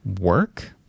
work